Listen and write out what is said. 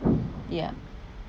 yeah